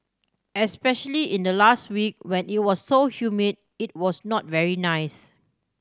especially in the last week when it was so humid it was not very nice